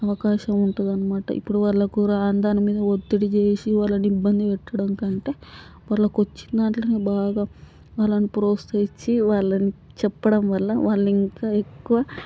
అవకాశం ఉంటుంది అన్నమాట ఇప్పుడు వాళ్ళకు రాని దానిమీద ఒత్తిడి చేసి వాళ్ళని ఇబ్బంది పెట్టడం కంటే వాళ్ళకి వచ్చినా దాంట్లోనే బాగా వాళ్ళని ప్రోత్సహించి వాళ్ళని చెప్పడం వల్ల వాళ్ళు ఇంకా ఎక్కువ